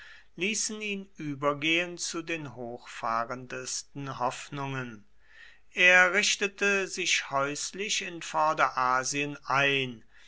ließen ihn übergehen zu den hochfahrendsten hoffnungen er richtete sich häuslich in vorderasien ein